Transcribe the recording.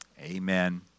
amen